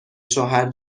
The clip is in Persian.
شوهر